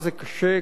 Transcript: כמה זה מסובך,